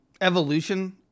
Evolution